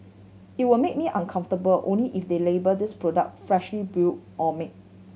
it will make me uncomfortable only if they label these product freshly brew or made